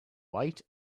white